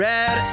Red